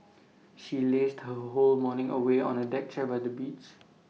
she lazed her whole morning away on A deck chair by the beach